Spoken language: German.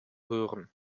hören